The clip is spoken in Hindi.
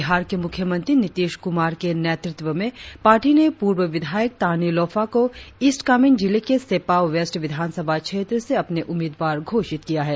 बिहार के मुख्यमंत्री नीतिश क्रमार के नेतृत्व में पार्टी ने पूर्व विधायक तानी लोफा को ईस्ट कामेंग जिले के सेप्पा वेस्ट विधानसभा क्षेत्र से अपना उम्मीदवार घोषित किया है